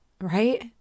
right